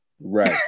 Right